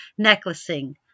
necklacing